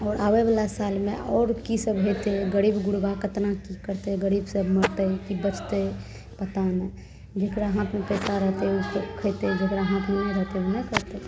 आओर आबैवला सालमे आओर कि सब होइ छै गरीब गुरबा कतना चीज करतै गरीबसभ मरतै कि बचतै पता नहि जकरा हाथमे पइसा रहतै ओ खएतै जकरा हाथमे नहि रहतै ओ नहि खएतै